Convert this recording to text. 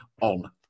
on